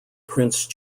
prince